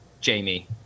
Jamie